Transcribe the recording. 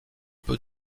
peu